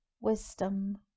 wisdom